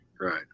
Right